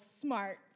smart